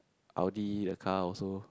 Audi car also